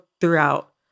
throughout